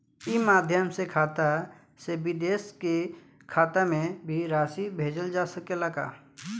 ई माध्यम से खाता से विदेश के खाता में भी राशि भेजल जा सकेला का?